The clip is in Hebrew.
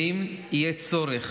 ואם יהיה צורך,